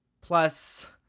plus